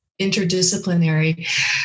interdisciplinary